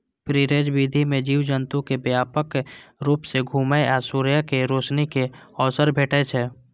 free range विधि मे जीव जंतु कें व्यापक रूप सं घुमै आ सूर्यक रोशनी के अवसर भेटै छै